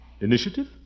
Initiative